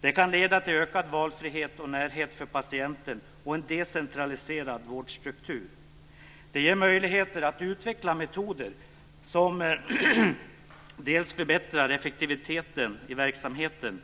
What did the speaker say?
Det kan leda till ökad valfrihet och närhet för patienten och till en decentraliserad vårdstruktur. Det ger möjligheter att utveckla metoder som dels förbättrar effektiviteten i verksamheten,